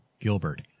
Gilbert